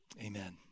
amen